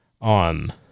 on